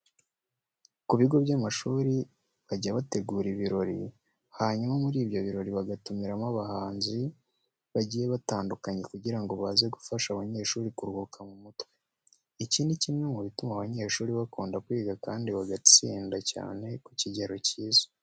Ku bigo by'amashuri bajya bategura ibirori, hanyuma muri ibyo birori bagatumiramo abahanzi bagiye batandukanye kugira ngo baze gufasha abanyeshuri kuruhuka mu mutwe. Iki ni kimwe mu bituma abanyeshuri bakunda kwiga kandi bagatsinda cyane ku kigero cyiza.